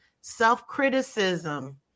self-criticism